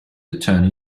attorney